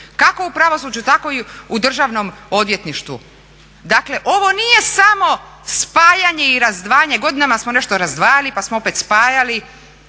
kako u pravosuđu tako i u državnom odvjetništvu. Dakle ovo nije samo spajanje i razdvajanje, godinama smo nešto razdvajali pa smo opet spajali